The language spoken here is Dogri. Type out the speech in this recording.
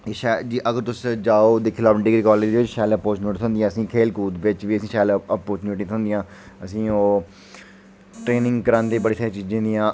अगर तुस जाओ दिक्खी लैओ डिग्री कालज ते शैल अपार्चुनिटी थ्होंदी असें गी खोल कूद च बी असें गी शैल अपार्चुनिटी थ्होंदियां असें गी ओह् ट्रेनिंग करांदे बड़ी सारे चीजें दी